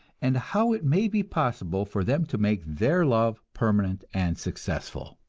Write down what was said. and how it may be possible for them to make their love permanent and successful.